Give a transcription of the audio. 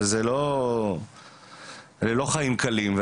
זה לא חיים קלים.